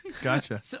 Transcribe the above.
Gotcha